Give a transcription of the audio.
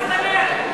זה חוק פרימיטיבי.